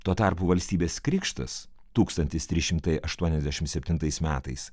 tuo tarpu valstybės krikštas tūkstantis trys šimtai aštuoniasdešim septintais metais